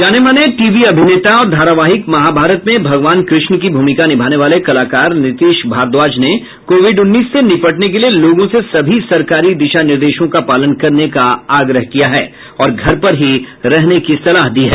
जाने माने टीवी अभिनेता और धारावाहिक महाभारत में भगवान कृष्ण की भूमिका निभाने वाले कलाकार नीतीश भारद्वाज ने कोविड उन्नीस से निपटने के लिए लोगों से सभी सरकारी दिशा निर्देशों का पालन करने का आग्रह किया है और घर पर ही रहने की सलाह दी है